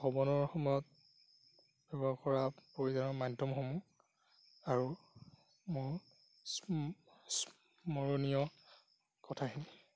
ভ্ৰমণৰ সময়ত ব্যৱহাৰ কৰা পৰিবহণৰ মাধ্যমসমূহ আৰু মোৰ স্মৰণীয় কথাখিনি